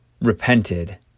repented